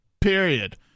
period